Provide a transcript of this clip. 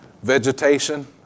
Vegetation